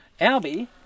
Albie